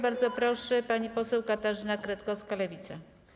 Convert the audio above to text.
Bardzo proszę, pani poseł Katarzyna Kretkowska, Lewica.